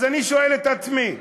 אני שואל את עצמי,